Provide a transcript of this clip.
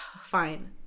Fine